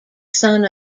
son